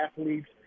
athletes